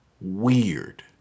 weird